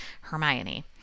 Hermione